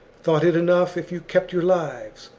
thought it enough if you kept your lives.